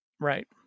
Right